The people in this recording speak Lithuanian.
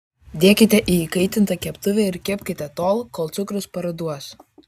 dėkite į įkaitintą keptuvę ir kepkite tol kol cukrus paruduos